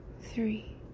three